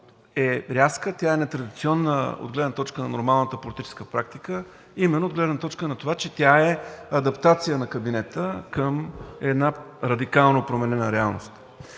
е рязка, тя е нетрадиционна от гледна точка на нормалната политическа практика, именно от гледна точка на това, че тя е адаптация на кабинета към една радикално променена реалност.